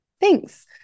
thanks